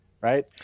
Right